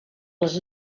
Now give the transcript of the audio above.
les